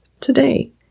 today